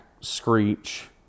Screech